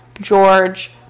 George